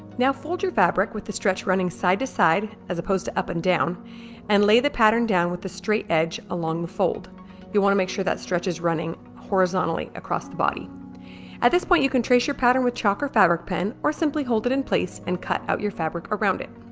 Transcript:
now fold your fabric with the stretch running side to side as opposed to up and down and lay the pattern down with the straight edge along the fold you want to make sure that stretch is running horizontally across the body at this point you can trace your pattern with chalk or fabric pen or simply hold it in place and cut out your fabric around it